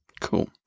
Cool